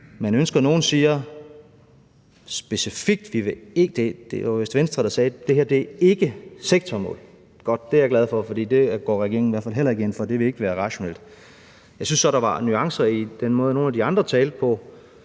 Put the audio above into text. man ønsker. Venstre sagde vist, at det her ikke er sektormål. Godt, det er jeg glad for, for det går regeringen i hvert fald heller ikke ind for. Det ville ikke være rationelt. Jeg synes så, der var nuancer i den måde, nogle af de andre talte på,